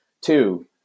Two